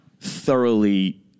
thoroughly